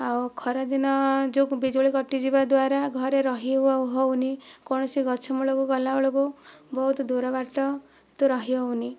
ଆଉ ଖରାଦିନ ଯୋଗୁଁ ବିଜୁଳି କଟିଯିବା ଦ୍ଵାରା ଘରେ ରହି ଆଉ ହେଉନି କୌଣସି ଗଛ ମୂଳକୁ ଗଲା ବେଳକୁ ବହୁତ ଦୂର ବାଟ ତ ରହି ହେଉନି